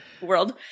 world